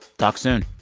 talk soon